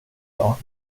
jag